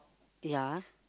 ya